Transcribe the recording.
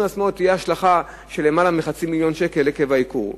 עצמו תהיה השלכה של למעלה מחצי מיליון שקל עקב הייקור.